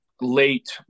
late